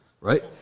right